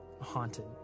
haunted